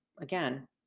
Again